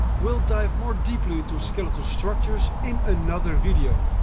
we'll dive more deeply into skeletal structures in another video.